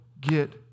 get